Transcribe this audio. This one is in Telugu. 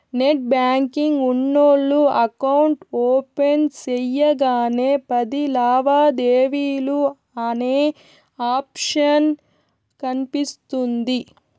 నెట్ బ్యాంకింగ్ ఉన్నోల్లు ఎకౌంట్ ఓపెన్ సెయ్యగానే పది లావాదేవీలు అనే ఆప్షన్ కనిపిస్తుంది